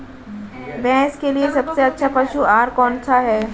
भैंस के लिए सबसे अच्छा पशु आहार कौनसा है?